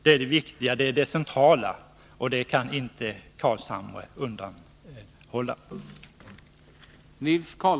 Det är det centrala — det kan inte Nils Carlshamre komma undan.